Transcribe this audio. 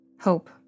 Hope